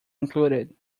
included